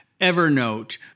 Evernote